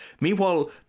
Meanwhile